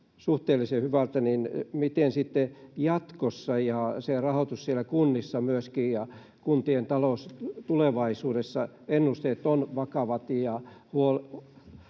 suhteellisen hyvältä, niin miten sitten jatkossa se rahoitus siellä kunnissa ja kuntien talous tulevaisuudessa? Ennusteet ovat vakavat ja aiheuttavat